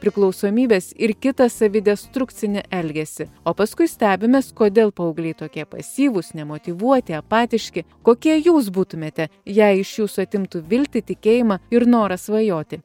priklausomybes ir kitą savidestrukcinį elgesį o paskui stebimės kodėl paaugliai tokie pasyvūs nemotyvuoti apatiški kokie jūs būtumėte jei iš jūsų atimtų viltį tikėjimą ir norą svajoti